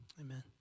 Amen